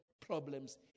problems